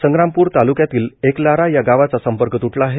संग्रामपूर ताल्क्यातील एकलारा या गावाचा संपर्क त्टला आहे